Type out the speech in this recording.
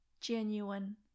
genuine